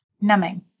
numbing